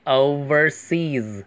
overseas